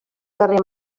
carrer